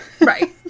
Right